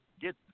get